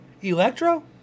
Electro